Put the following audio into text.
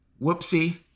whoopsie